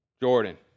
Jordan